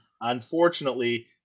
unfortunately